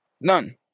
None